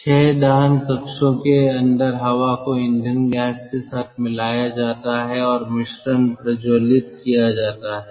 6 दहन कक्षों के अंदर हवा को ईंधन गैस के साथ मिलाया जाता है और मिश्रण प्रज्वलित किया जाता है